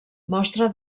mostra